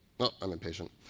well, i'm impatient.